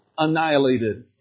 annihilated